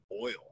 oil